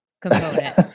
component